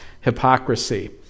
hypocrisy